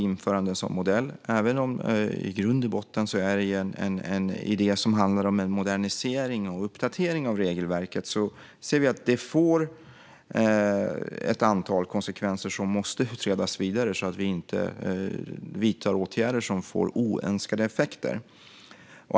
Även om det i grund och botten handlar om en modernisering och en uppdatering av regelverket ser vi att det får ett antal konsekvenser som måste utredas vidare så att vi inte vidtar åtgärder som får oönskade effekter.